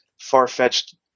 far-fetched